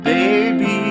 Baby